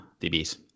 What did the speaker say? dBs